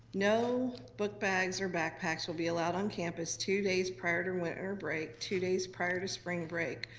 no book bags or backpacks will be allowed on campus two days prior to winter break, two days prior to spring break,